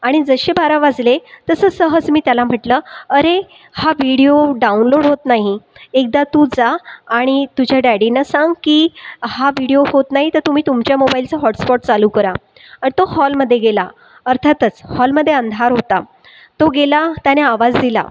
आणि जसे बारा वाजले तसं सहज मी त्याला म्हटलं अरे हा व्हिडीओ डाऊनलोड होत नाही एकदा तू जा आणि तुझ्या डॅडींना सांग की हा व्हिडिओ होत नाही तर तुम्ही तुमच्या मोबाइलचं हॉटस्पॉट चालू करा आणि तो हॉलमध्ये गेला अर्थातच हॉलमध्ये अंधार होता तो गेला त्याने आवाज दिला